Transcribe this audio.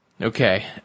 Okay